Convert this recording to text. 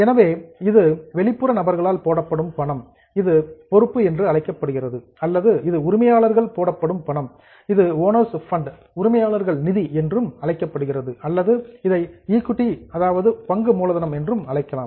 எனவே இது outsiders வெளிப்புற நபர்களால் போடப்படும் பணம் இது லியாபிலிடி பொறுப்பு என்று அழைக்கப்படுகிறது அல்லது இது உரிமையாளர்களால் போடப்படும் பணம் இது ஓனர்ஸ் பண்ட் உரிமையாளர்கள் நிதி என்று அழைக்கப்படுகிறது அல்லது இதை ஈக்விட்டி பங்கு மூலதனம் என்றும் அழைக்கலாம்